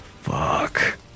Fuck